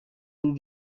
uru